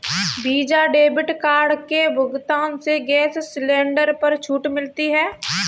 visa debit card के भुगतान से गैस सिलेंडर पर छूट मिलती है